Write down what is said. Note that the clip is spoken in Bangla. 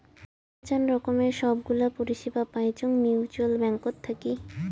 মেলাচান রকমের সব গুলা পরিষেবা পাইচুঙ মিউচ্যুয়াল ব্যাঙ্কত থাকি